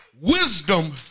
wisdom